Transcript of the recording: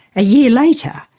a year later,